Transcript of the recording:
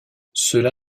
cela